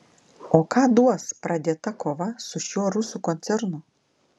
o ką duos pradėta kova su šiuo rusų koncernu